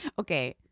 Okay